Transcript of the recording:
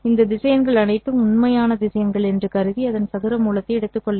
இந்த திசையன்கள் அனைத்தும் உண்மையான திசையன்கள் என்று கருதி அதன் சதுர மூலத்தை எடுத்துக் கொள்ளுங்கள்